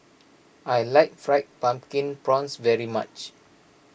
I like Fried Pumpkin Prawns very much